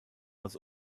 aus